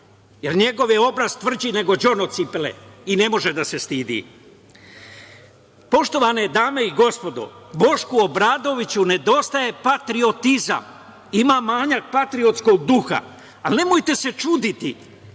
jer njegov je obraz tvrđi nego đon od cipele i ne može da se stidi. Poštovane dame i gospodo, Bošku Obradoviću nedostaje patriotizam. Ima manjak patriotskog duha, ali nemojte se čuditi